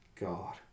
God